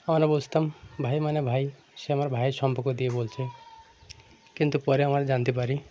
আমরা বুঝতাম ভাই মানে ভাই সে আমার ভাইয়ের সম্পর্ক দিয়ে বলছে কিন্তু পরে আমরা জানতে পারি